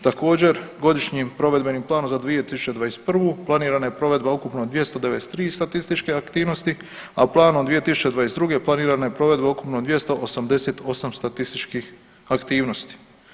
Također, Godišnjim provedbenim planom za 2021. planirana je provedba ukupno 293 statističke aktivnosti, a planom 2022. planirana je provedba ukupno 288 statističkih aktivnosti.